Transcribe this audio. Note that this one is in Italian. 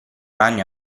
ragno